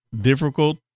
Difficult